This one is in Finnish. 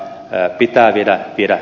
ne pitää viedä itä